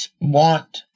want